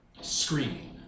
Screaming